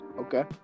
okay